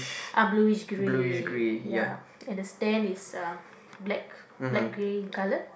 I'm bluish grey ya and the stand is uh black black grey in colour